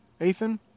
Ethan